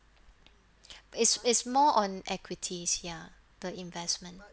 is is more on equities ya the investment